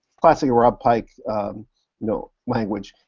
classic rob pike you know language.